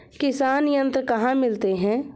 किसान यंत्र कहाँ मिलते हैं?